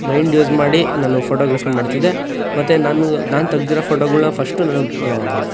mind use ಮಾಡಿ ನಾನು photography ಮಾಡ್ತಿದ್ದೆ ಮತ್ತೆ ನಾನು ನಾನು ತೆಗೆದಿರೊ ಫೋಟೊಗಳನ್ನ ಫಶ್ಟು ನಾನು